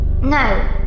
No